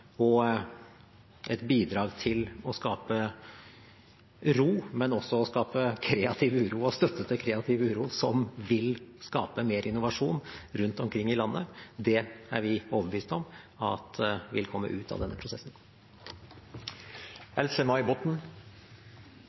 og et bidrag til å skape ro, men også til å skape kreativ uro – og støtte til kreativ uro – som vil skape mer innovasjon rundt omkring i landet. Det er vi overbevist om vil komme ut av denne prosessen.